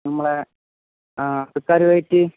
നമ്മളെ